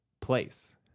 place